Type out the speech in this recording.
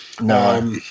No